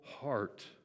heart